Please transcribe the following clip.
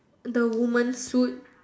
the woman's suit